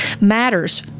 matters